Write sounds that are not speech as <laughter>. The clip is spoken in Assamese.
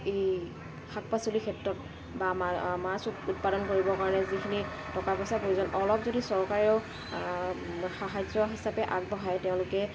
এই শাক পাচলিৰ ক্ষেত্ৰত বা <unintelligible> মাছ উৎপাদন কৰিবৰ কাৰণে যিখিনি টকা পইচাৰ প্ৰয়োজন অলপ যদি চৰকাৰেও সাহাৰ্য্য় হিচাপে আগবঢ়ায় তেওঁলোকে